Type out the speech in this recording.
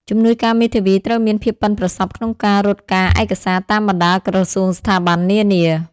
ជំនួយការមេធាវីត្រូវមានភាពប៉ិនប្រសប់ក្នុងការរត់ការឯកសារតាមបណ្តាក្រសួងស្ថាប័ននានា ដើម្បីធានាថាអាជីវកម្មរបស់អតិថិជនមានភាពស្របច្បាប់ទាំងស្រុង។